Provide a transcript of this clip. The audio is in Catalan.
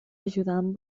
ajudant